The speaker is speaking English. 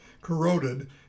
corroded